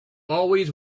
always